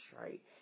right